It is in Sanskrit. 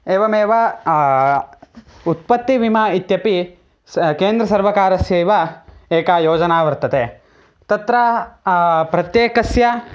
एवमेव उत्पत्ति विमा इत्यपि स केन्द्रसर्वकारस्यैव एका योजना वर्तते तत्र प्रत्येकस्य